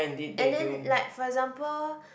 and then like for example